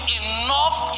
enough